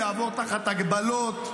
הוא יעבור תחת הגבלות,